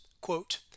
quote